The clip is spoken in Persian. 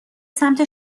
سمت